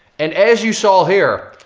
and as you saw here,